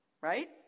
right